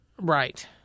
Right